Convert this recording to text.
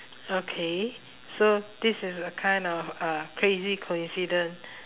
okay so this is a kind of uh crazy coincidence